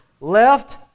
left